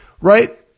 right